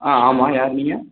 ஆ ஆமாம் யார் நீங்கள்